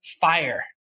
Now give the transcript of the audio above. fire